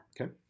Okay